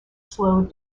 slowed